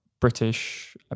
British